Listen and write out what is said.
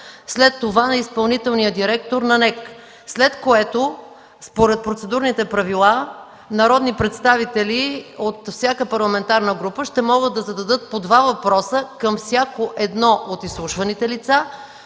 след това на изпълнителния директор на НЕК. След това според процедурните правила народните представители от всяка парламентарна група ще могат да заявят по два въпроса към всяко едно от изслушваните лица.